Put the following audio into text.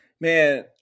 man